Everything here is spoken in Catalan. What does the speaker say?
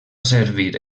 servir